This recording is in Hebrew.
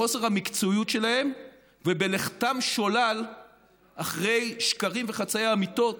בחוסר המקצועיות שלהם ובלכתם שולל אחרי שקרים וחצאי אמיתות